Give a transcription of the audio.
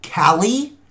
Callie